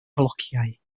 flociau